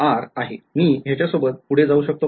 मी ह्याच्या सोबत पुढे जाऊ शकतो का